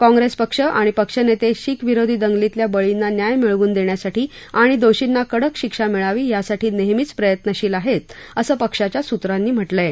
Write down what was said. काँग्रेसपक्ष आणि पक्ष नेते शीख विरोधी दंगलीतल्या बळीना न्याय मिळवून देण्यासाठी आणि दोषीना कडक शिक्षा मिळावी यासाठी नेहमीच प्रयत्नशील आहेत असं पक्षाच्या सूत्रांनी म्हटलंय